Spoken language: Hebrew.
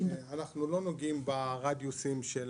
אנחנו לא נוגעים ברדיוסים.